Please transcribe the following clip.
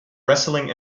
wrestling